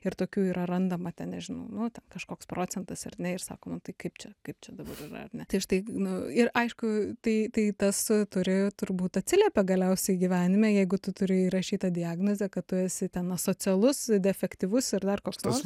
ir tokių yra randama ten nežinau nu ten kažkoks procentas ar ne ir sako nu tai kaip čia kaip čia dabar yra ar ne tai štai nu ir aišku tai tai tas turi turbūt atsiliepia galiausiai gyvenime jeigu tu turi įrašytą diagnozę kad tu esi ten asocialus defektyvus ir dar koks